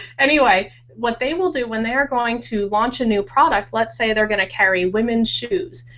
anyway what they will do when they're going to launch a new product, let's say they're going to carry women's shoes.